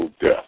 death